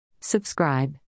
Subscribe